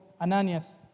Ananias